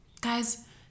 guys